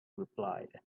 replied